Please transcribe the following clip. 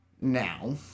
Now